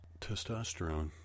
testosterone